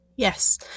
Yes